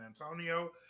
Antonio